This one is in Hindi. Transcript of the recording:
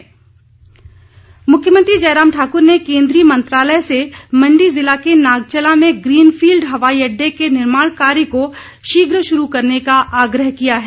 मुख्यमंत्री मुख्यमंत्री जयराम ठाकुर ने केन्द्रीय मंत्रालय से मंडी जिला के नागचला में ग्रीनफील्ड हवाई अड्डे के निर्माण कार्य को शीघ्र शुरू करने का आग्रह किया है